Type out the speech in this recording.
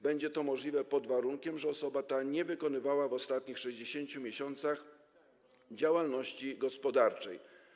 Będzie to możliwe pod warunkiem, że osoba ta nie wykonywała w ostatnich 60 miesiącach działalności gospodarczej.